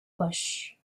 poche